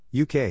UK